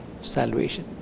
salvation